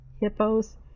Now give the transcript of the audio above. hippos